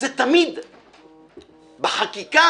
תמיד בחקיקה.